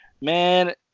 man